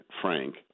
Frank